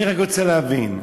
אני רק רוצה להבין,